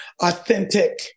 authentic